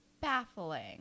baffling